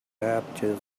baptism